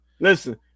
Listen